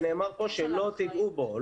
שנאמר פה שלא תיגעו בו,